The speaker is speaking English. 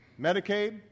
Medicaid